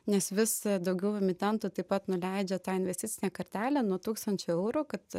nes vis daugiau emitentų taip pat nuleidžia tą investicinę kartelę nuo tūkstančio eurų kad